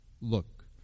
Look